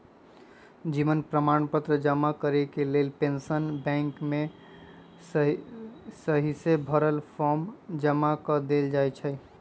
जीवन प्रमाण पत्र जमा करेके लेल पेंशन बैंक में सहिसे भरल फॉर्म जमा कऽ देल जाइ छइ